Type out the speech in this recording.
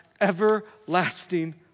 everlasting